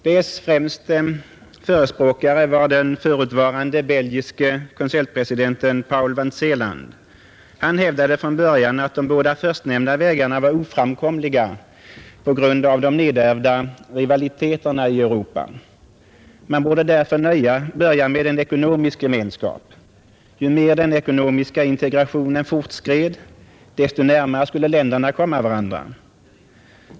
Dess främste förespråkare var den förutvarande belgiske konseljpresidenten Paul van Zeeland. Han hävdade från början att de båda förstnämnda vägarna var oframkomliga på grund av de nedärvda rivaliteterna i Europa. Man borde därför börja med en ekonomisk gemenskap. Ju mer den ekonomiska integrationen fortskred, desto närmare skulle länderna komma varandra.